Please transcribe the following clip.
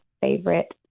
favorite